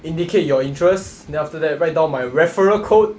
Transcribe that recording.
indicate your interest then after that write down my referral code